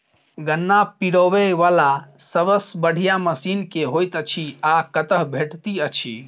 गन्ना पिरोबै वला सबसँ बढ़िया मशीन केँ होइत अछि आ कतह भेटति अछि?